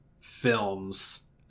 films